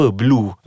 blue